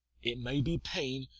it may be pain,